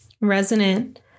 resonant